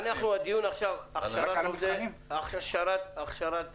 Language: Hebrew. זה משהו שמלמדים